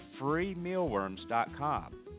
freemealworms.com